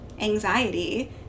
anxiety